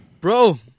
Bro